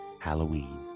Halloween